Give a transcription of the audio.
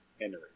Henry